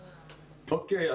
אוקיי,